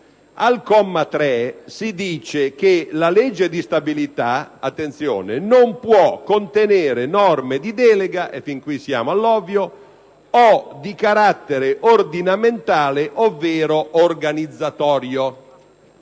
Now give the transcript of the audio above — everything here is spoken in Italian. al comma 3, prevede che la legge di stabilità «non può contenere norme di delega» - e fin qui siamo all'ovvio - «o di carattere ordinamentale ovvero organizzatorio».